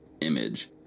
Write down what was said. image